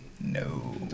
No